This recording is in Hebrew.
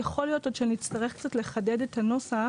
יכול להיות שעוד נצטרך קצת לחדד את הנוסח